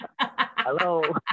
Hello